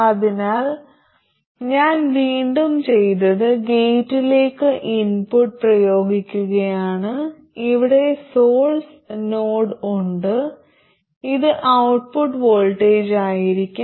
അതിനാൽ ഞാൻ വീണ്ടും ചെയ്തത് ഗേറ്റിലേക്ക് ഇൻപുട്ട് പ്രയോഗിക്കുകയാണ് ഇവിടെ സോഴ്സ് നോഡ് ഉണ്ട് ഇത് ഔട്ട്പുട്ട് വോൾട്ടേജായിരിക്കും